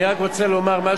אני רק רוצה לומר משהו.